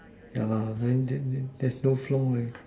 ya lah then then then there's no flow eh